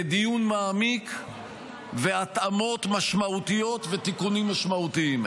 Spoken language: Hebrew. דיון מעמיק והתאמות משמעותיות ותיקונים משמעותיים.